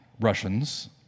russians